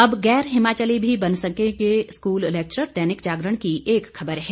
अब गैर हिमाचली भी बन सकेंगे स्कूल लैक्चरर दैनिक जागरण की एक खबर है